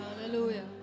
Hallelujah